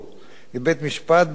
במידה שיתקבל,